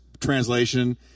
translation